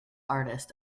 artist